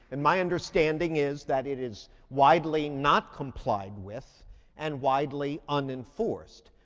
and my understanding is that it is widely not complied with and widely unenforced.